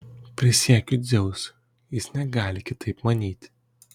prisiekiu dzeusu jis negali kitaip manyti